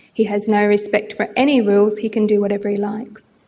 he has no respect for any rules, he can do whatever he likes.